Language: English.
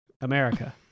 America